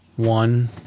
One